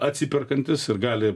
atsiperkantys ir gali